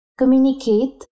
communicate